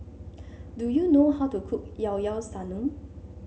do you know how to cook Llao Llao Sanum